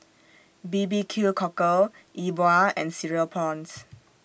B B Q Cockle Yi Bua and Cereal Prawns